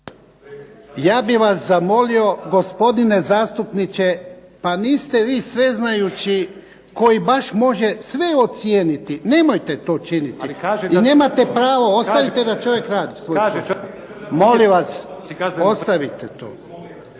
Ja bih vas zamolio gospodine zastupniče, pa niste vi sveznajući koji baš može sve ocijeniti. Nemojte to činiti, jer nemate pravo. Ostavite da čovjek radi svoje. Molim vas ostavite to.